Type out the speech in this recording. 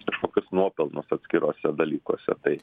kažkokius nuopelnus atskiruose dalykuose tai